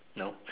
nope